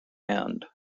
end